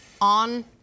on